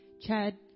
Chad